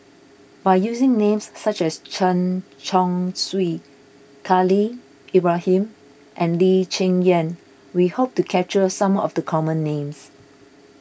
by using names such as Chen Chong Swee Khalil Ibrahim and Lee Cheng Yan we hope to capture some of the common names